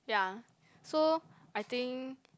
yeah so I think